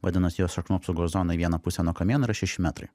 vadinasi jo šaknų apsaugos zonoj į vieną pusę nuo kamieno yra šeši metrai